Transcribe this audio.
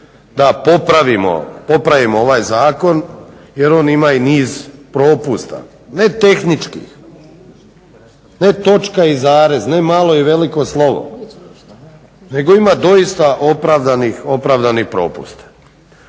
da popravimo ovaj zakon jer ima i niz propusta. Ne tehničkih, ne točka i zarez, ne malo i veliko slovo nego ima doista opravdanih propusta.